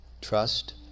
trust